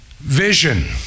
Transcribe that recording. Vision